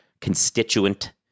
constituent